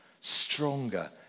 stronger